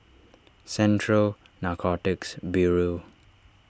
Central Narcotics Bureau